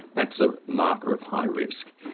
that's a marker of high risk.